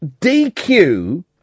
DQ